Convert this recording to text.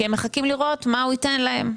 כי הם מחכים לראות מה הוא ייתן להם,